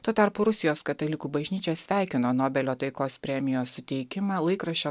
tuo tarpu rusijos katalikų bažnyčia sveikino nobelio taikos premijos suteikimą laikraščio